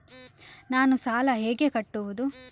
ನಾನು ಸಾಲ ಹೇಗೆ ಕಟ್ಟುವುದು?